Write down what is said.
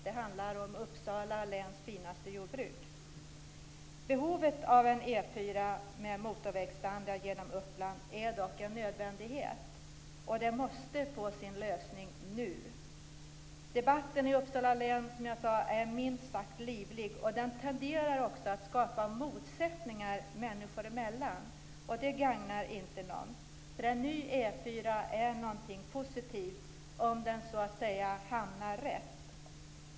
Det handlar om Uppsala läns finaste jordbruk. Uppland är dock en nödvändighet. Och den här frågan måste få en lösning nu. Debatten i Uppsala län är, som jag sade, minst sagt livlig. Den tenderar också att skapa motsättningar människor emellan, och det gagnar inte någon. En ny E 4 är ju någonting positivt, om den hamnar rätt.